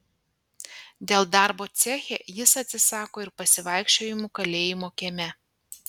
dėl darbo ceche jis atsisako ir pasivaikščiojimų kalėjimo kieme